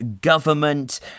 Government